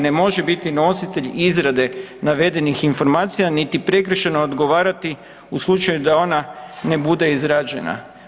ne može biti nositelj izrade navedenih informacija niti prekršajno odgovarati u slučaju da ona ne bude izrađena.